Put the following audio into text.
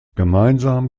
gemeinsam